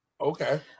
Okay